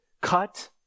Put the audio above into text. cut